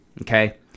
okay